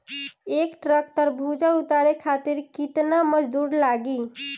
एक ट्रक तरबूजा उतारे खातीर कितना मजदुर लागी?